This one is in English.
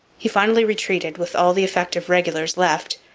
he finally retreated with all the effective regulars left,